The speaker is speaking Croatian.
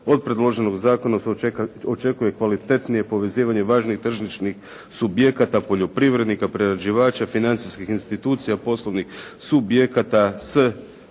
od predloženog zakona se očekuje i kvalitetnije povezivanje važnih tržišnih subjekata, poljoprivrednika, prerađivača, financijskih institucija, poslovnih subjekata s